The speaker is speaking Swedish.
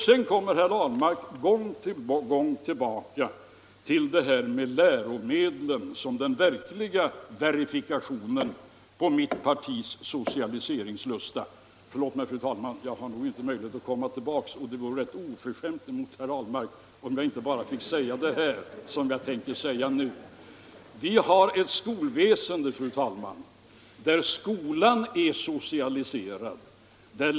Sedan kommer herr Ahlmark gång på gång tillbaka till läromedlen som den verkliga verifikationen på mitt partis socialiseringslusta. Förlåt mig, fru talman, men jag har nog inte möjlighet att komma tillbaka senare, och det vore rätt oförskämt mot herr Ahlmark om jag inte fick säga det som jag tänker säga nu. Vi har ett skolväsende, fru talman, där skolan är socialiserad.